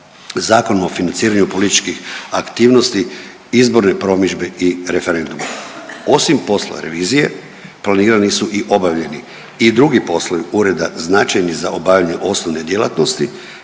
Zakonom o financiranju političkih aktivnosti, izbornoj promidžbi i referendumu. Osim poslova revizije planirani su i obavljeni i drugi poslovi ureda značajni za obavljanje osnovne djelatnosti